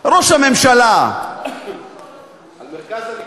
ראש הממשלה על מרכז הליכוד.